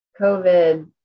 covid